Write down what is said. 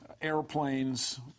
airplanes